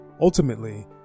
Ultimately